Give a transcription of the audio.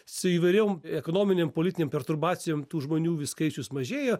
su įvairiom ekonominėm politinėm perturbacijom tų žmonių skaičius mažėjo